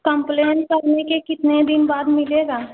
complain करने के कितने दिन बाद मिलेगा